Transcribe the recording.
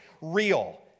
real